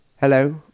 hello